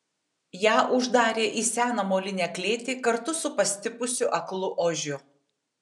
ją uždarė į seną molinę klėtį kartu su pastipusiu aklu ožiu